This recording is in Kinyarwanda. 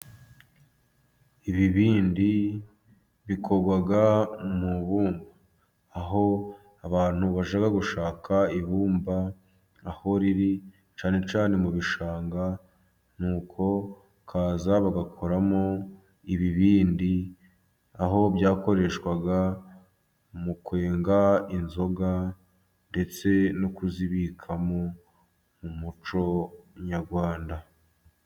Ibibindi bikorwa mu ibumba aho abantu bajya gushaka ibumba aho riri cyane cyane mu bishanga nuko bakaza bagakoramo ibibindi, aho byakoreshwaga mu kwenga inzoga ndetse no kuzibikamo mu muco nyarwanda.